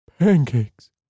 pancakes